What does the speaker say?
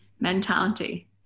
mentality